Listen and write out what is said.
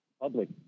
public